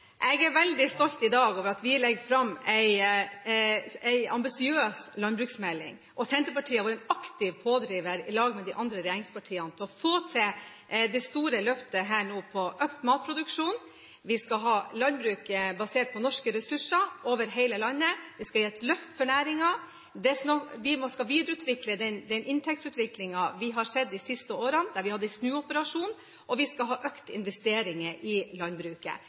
Jeg er veldig stolt i dag over at vi legger fram en ambisiøs landbruksmelding. Senterpartiet har vært en aktiv pådriver, i lag med de andre regjeringspartiene, for å få til det store løftet på økt matproduksjon, på at vi skal ha landbruk basert på norske ressurser over hele landet. Vi skal gi næringen et løft. Vi skal videreutvikle den inntektsveksten vi har sett de siste årene, der vi har hatt en snuoperasjon, og vi skal ha økte investeringer i landbruket.